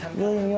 william, yeah